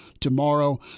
Tomorrow